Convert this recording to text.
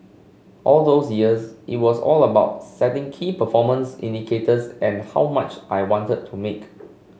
all those years it was all about setting key performance indicators and how much I wanted to make